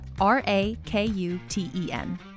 R-A-K-U-T-E-N